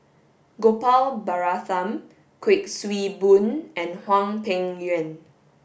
Gopal Baratham Kuik Swee Boon and Hwang Peng Yuan